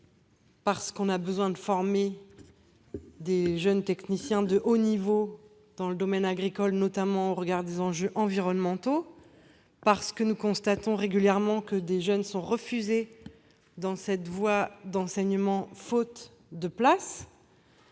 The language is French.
Parce qu'il est nécessaire de former des jeunes techniciens de haut niveau dans le domaine agricole, notamment au regard des enjeux environnementaux, parce que nous constatons régulièrement que des jeunes sont refusés dans cette voie d'enseignement faute de place,